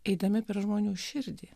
eidami per žmonių širdį